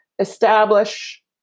establish